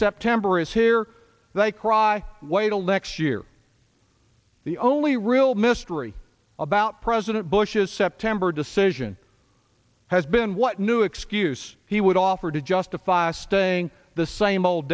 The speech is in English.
september is here and i cry why till next year the only real mystery about president bush's september decision has been what new excuse he would offer to justify staying the same old